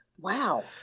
Wow